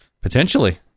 potentially